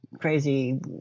crazy